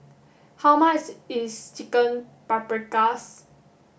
how much is Chicken Paprikas